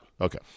Okay